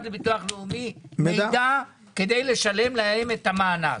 לביטוח לאומי מידע כדי לשלם להם את המענק,